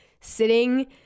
sitting